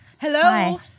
Hello